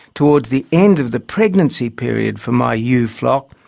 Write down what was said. towards the end of the pregnancy period for my ewe flock,